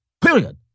Period